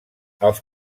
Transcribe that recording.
els